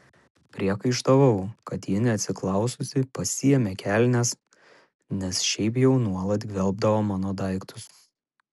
priekaištavau kad ji neatsiklaususi pasiėmė kelnes nes šiaip jau nuolat gvelbdavo mano daiktus